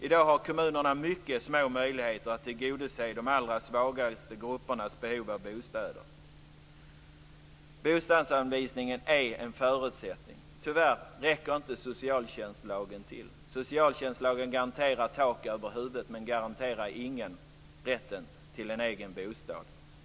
I dag har kommunerna mycket små möjligheter att tillgodose de allra svagaste gruppernas behov av bostäder. Bostadsanvisningen är en förutsättning. Tyvärr räcker inte socialtjänstlagen till. Socialtjänstlagen garanterar tak över huvudet, men den garanterar ingen rätten till en egen bostad.